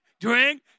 drink